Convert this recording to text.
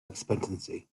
expectancy